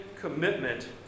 commitment